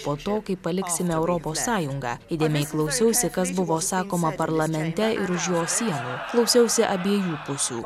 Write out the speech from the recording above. po to kai paliksime europos sąjungą įdėmiai klausiausi kas buvo sakoma parlamente ir už jo sienų klausiausi abiejų pusių